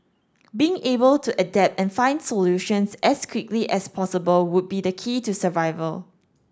being able to adapt and find solutions as quickly as possible would be the key to survival